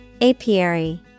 Apiary